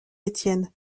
étienne